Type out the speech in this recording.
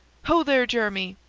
ho there, jeremy!